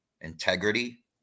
integrity